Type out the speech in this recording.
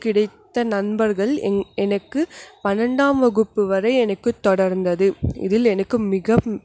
கிடைத்த நண்பர்கள் என் எனக்கு பன்னெண்டாம் வகுப்பு வரை எனக்கு தொடர்ந்தது இதில் எனக்கு மிக